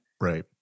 right